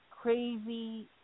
crazy